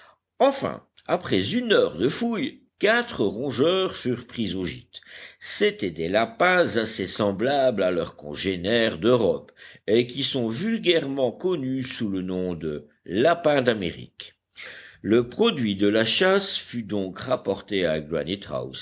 enfin après une heure de fouilles quatre rongeurs furent pris au gîte c'étaient des lapins assez semblables à leurs congénères d'europe et qui sont vulgairement connus sous le nom de lapins d'amérique le produit de la chasse fut donc rapporté à